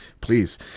please